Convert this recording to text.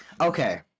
Okay